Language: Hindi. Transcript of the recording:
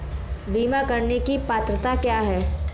बीमा करने की पात्रता क्या है?